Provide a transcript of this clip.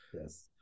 Yes